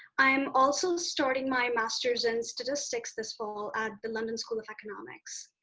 i'm also starting my master's in statistics this fall at the london school of economics.